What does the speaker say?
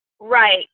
Right